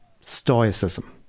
stoicism